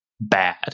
bad